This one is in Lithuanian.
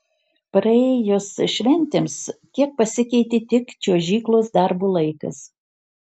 praėjus šventėms kiek pasikeitė tik čiuožyklos darbo laikas